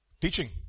Teaching